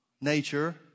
nature